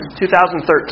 2013